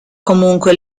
comunque